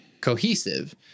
cohesive